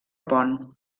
pont